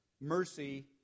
mercy